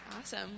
Awesome